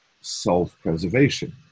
self-preservation